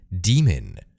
demon